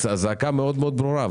הזעקה מאוד מאוד ברורה,